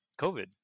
COVID